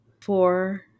four